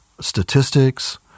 statistics